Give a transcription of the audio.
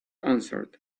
answered